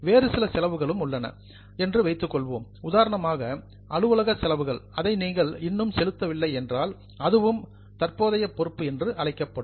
வேறு சில செலவுகள் உள்ளன என்று வைத்துக் கொள்வோம் உதாரணமாக அலுவலக செலவுகள் அதை நீங்கள் இன்னும் செலுத்தவில்லை என்றால் அதுவும் கரண்ட் லியாபிலிடி தற்போதைய பொறுப்பு என்று அழைக்கப்படும்